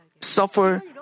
suffer